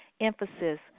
emphasis